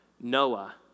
Noah